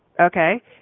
Okay